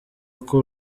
uko